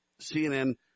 CNN